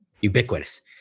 ubiquitous